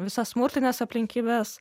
visas smurtines aplinkybes